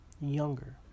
younger